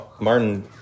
Martin